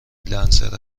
لنسر